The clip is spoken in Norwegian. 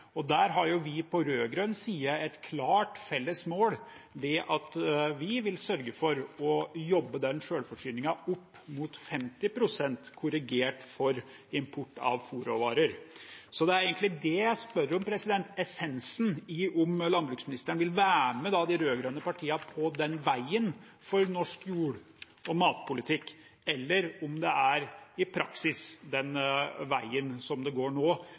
Der har vi på rød-grønn side et klart felles mål ved at vi vil sørge for å jobbe selvforsyningen opp mot 50 pst., korrigert for import av fôrråvarer. Det er egentlig det jeg spør om – essensen i om landbruksministeren vil være med de rød-grønne partiene på den veien for norsk jord- og matpolitikk, eller om det i praksis er den veien det går nå,